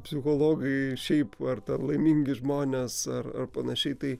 psichologai šiaip ar ten laimingi žmonės ar panašiai tai